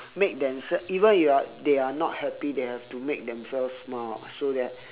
make themselves even if you are they are not happy they have to make themselves smile [what] so that